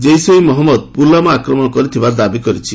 ଜୈସ ଇ ମହମ୍ମଦ ପୁଲଓ୍ପାମା ଆକ୍ରମଣ କରିଥିବା ଦାବି କରିଛି